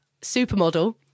supermodel